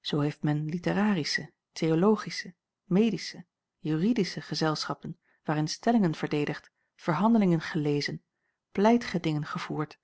zoo heeft men literarische theologische medische juridische gezelschappen waarin stellingen verdedigd verhandelingen gelezen pleitgedingen gevoerd